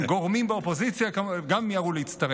גורמים באופוזיציה מיהרו להצטרף.